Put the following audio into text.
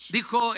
dijo